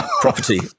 property